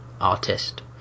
artist